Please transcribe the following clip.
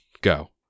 go